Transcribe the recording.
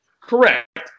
Correct